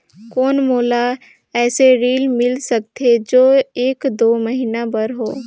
कौन मोला अइसे ऋण मिल सकथे जो एक दो महीना बर हो?